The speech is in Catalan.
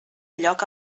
lloc